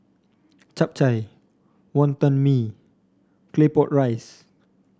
Chap Chai Wonton Mee Claypot Rice